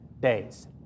days